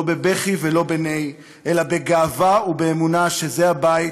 לא בבכי ולא בנהי, אלא בגאווה ובאמונה שזה הבית